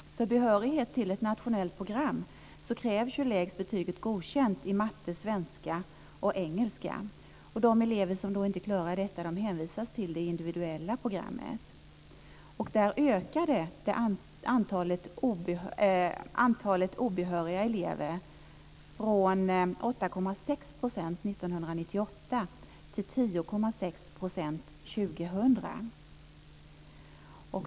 För behörighet till ett nationellt program krävs lägst betyget Godkänd i matte, svenska och engelska. De elever som inte klarar detta hänvisas till det individuella programmet. Där har antalet obehöriga elever ökat från 8,6 % år 1998 till 10,6 % år 2000.